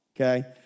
okay